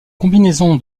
combinaison